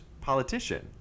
politician